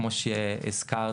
כמו שהזכרת,